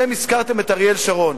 אתם הזכרתם את אריאל שרון,